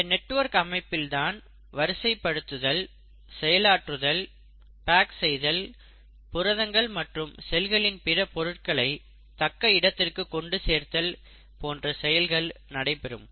இந்த நெட்வொர்க் அமைப்பில்தான் வரிசைப்படுத்துதல் செயலாற்றுதல் பேக் செய்தல் புரதங்கள் மற்றும் செல்களின் பிற பொருட்களை தக்க இடத்திற்கு கொண்டு சேர்த்தல் போன்ற செயல்கள் நடைபெறும்